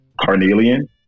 carnelian